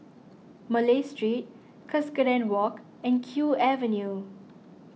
Malay Street Cuscaden Walk and Kew Avenue